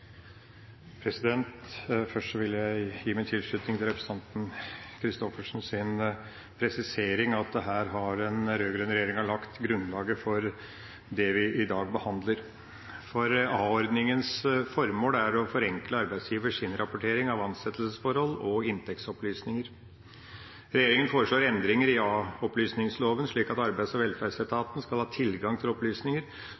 ikke!» Først vil jeg gi min tilslutning til representanten Christoffersens presisering av at her har den rød-grønne regjeringa lagt grunnlaget for det vi i dag behandler, for a-ordningens formål er å forenkle arbeidsgivers innrapportering av ansettelsesforhold og inntektsopplysninger. Regjeringa foreslår endringer i a-opplysningsloven, slik at Arbeids- og